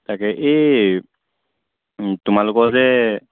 তাকে এই তোমালোকৰ যে